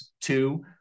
Two